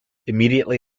immediately